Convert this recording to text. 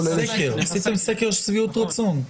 הם עשו בזמנו סקר שביעות רצון.